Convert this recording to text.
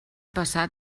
passat